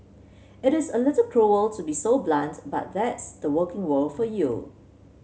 it is a little cruel to be so blunt but that's the working world for you